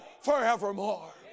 forevermore